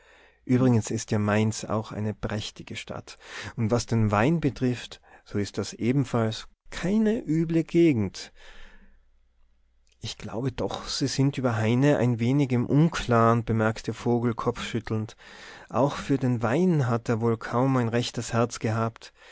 übrigens ist ja mainz auch eine prächtige stadt und was den wein betrifft so ist das ebenfalls keine üble gegend ich glaube doch sie sind über heine ein wenig im unklaren bemerkte vogel kopfschüttelnd auch für den wein hat er wohl kaum ein rechtes herz gehabt